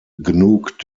genug